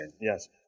Yes